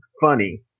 funny